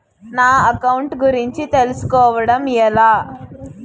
నా అకౌంట్ గురించి తెలుసు కోవడం ఎలా?